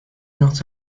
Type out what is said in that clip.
not